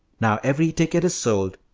now every ticket is sold.